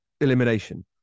elimination